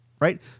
right